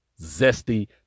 zesty